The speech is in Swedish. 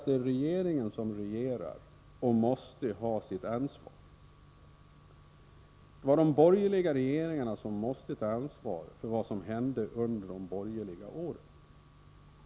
Det är regeringen som regerar, och den måste ta sitt ansvar. Det var de borgerliga regeringarna som hade ansvaret för vad som hände under de borgerliga åren.